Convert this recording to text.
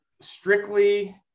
strictly